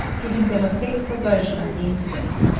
giving them a faithful version of the incident.